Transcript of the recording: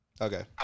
Okay